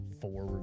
four